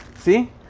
see